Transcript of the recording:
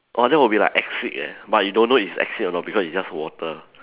oh that will be like acid leh but you don't know is acid or not because it's just water